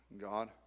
God